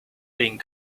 being